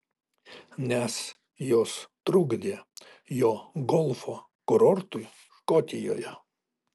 nes jos trukdė jo golfo kurortui škotijoje